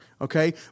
Okay